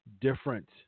different